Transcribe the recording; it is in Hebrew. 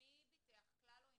מי ביטח, כלל או ענבל?